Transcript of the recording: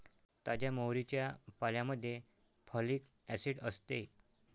ताज्या मोहरीच्या पाल्यामध्ये फॉलिक ऍसिड असते